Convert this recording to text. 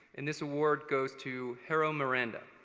and this award goes to jero miranda.